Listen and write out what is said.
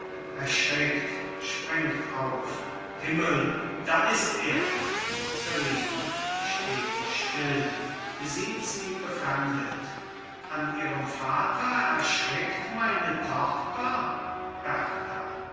erschrickt springt auf himmel da ist er verrina steht still besieht sie befremdet an ihrem vater erschrickt meine tochter berta